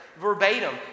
Verbatim